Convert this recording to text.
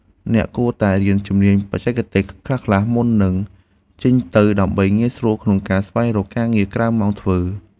អ្នកគួរតែរៀនជំនាញបច្ចេកទេសខ្លះៗមុននឹងចេញទៅដើម្បីងាយស្រួលក្នុងការស្វែងរកការងារក្រៅម៉ោងធ្វើ។